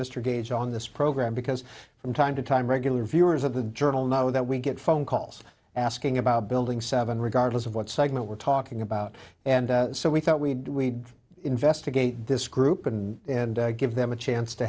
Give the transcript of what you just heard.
gage on this program because from time to time regular viewers of the journal know that we get phone calls asking about building seven regardless of what segment we're talking about and so we thought we investigate this group and give them a chance to